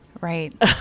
right